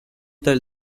tell